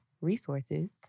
resources